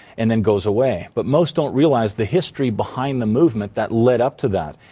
and then goes away. but most don't realize the history behind the movement that led up to that.